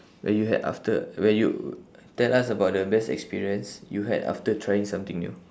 when you had after when you tell us about the best experience you had after trying something new